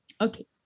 Okay